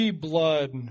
Blood